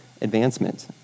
advancement